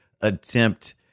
attempt